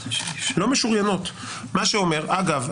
אגב,